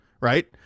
right